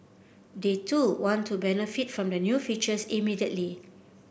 they too want to benefit from the new features immediately